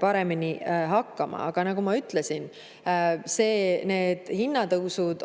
paremini hakkama. Aga nagu ma ütlesin, need hinnatõusud on